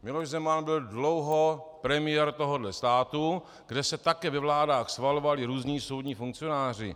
Miloš Zeman byl dlouho premiér tohohle státu, kde se také ve vládách schvalovali různí soudní funkcionáři.